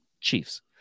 Chiefs